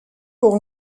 pour